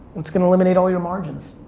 it's gonna eliminate all your margins.